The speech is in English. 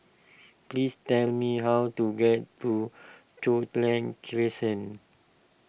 please tell me how to get to Crescent